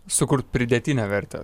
sukurt pridėtinę vertę